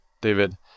David